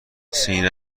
سینه